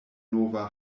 nova